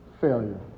failure